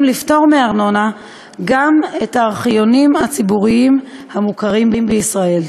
לפטור מארנונה גם את הארכיונים הציבוריים המוכרים בישראל.